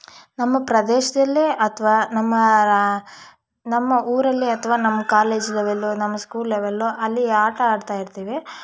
ನಮ್ಮ ಪ್ರದೇಶದಲ್ಲೇ ಅಥ್ವಾ ನಮ್ಮ ನಮ್ಮ ಊರಲ್ಲೇ ಅಥ್ವಾ ನಮ್ಮ ಕಾಲೇಜ್ ಲೆವೆಲ್ಲು ನಮ್ಮ ಸ್ಕೂಲ್ ಲೆವೆಲ್ಲು ಅಲ್ಲಿ ಆಟ ಆಡ್ತಾಯಿರ್ತೀವಿ